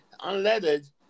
unleaded